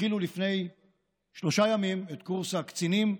התחילו לפני שלושה ימים את קורס הקצינים.